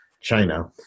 China